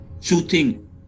shooting